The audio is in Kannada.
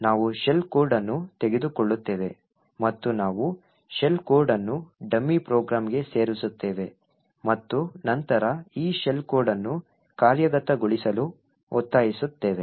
ನಾವು ಶೆಲ್ ಕೋಡ್ ಅನ್ನು ತೆಗೆದುಕೊಳ್ಳುತ್ತೇವೆ ಮತ್ತು ನಾವು ಶೆಲ್ ಕೋಡ್ ಅನ್ನು ಡಮ್ಮಿ ಪ್ರೋಗ್ರಾಂಗೆ ಸೇರಿಸುತ್ತೇವೆ ಮತ್ತು ನಂತರ ಈ ಶೆಲ್ ಕೋಡ್ ಅನ್ನು ಕಾರ್ಯಗತಗೊಳಿಸಲು ಒತ್ತಾಯಿಸುತ್ತೇವೆ